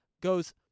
Goes